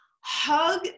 Hug